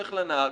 לך לנהג,